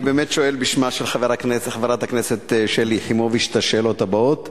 אני באמת שואל בשמה של חברת הכנסת שלי יחימוביץ את השאלות הבאות.